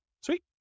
Sweet